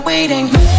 waiting